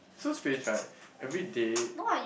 so strange right everyday